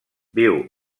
viu